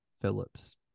Phillips